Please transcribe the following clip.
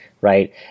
right